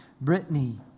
Brittany